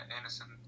innocent